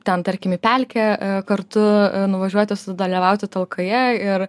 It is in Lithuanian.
ten tarkim į pelkę kartu nuvažiuoti sudalyvauti talkoje ir